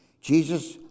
Jesus